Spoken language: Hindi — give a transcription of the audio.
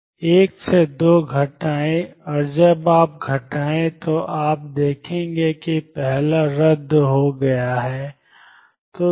1 से 2 घटाएं और जब आप घटाएं तो आप देखेंगे कि पहला रद्द हो गया है